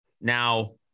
Now